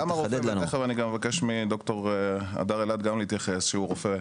אני אבקש גם מד"ר הדר אלעד להתייחס, שהוא רופא.